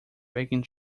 baking